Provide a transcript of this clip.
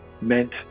meant